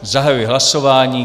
Zahajuji hlasování.